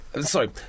Sorry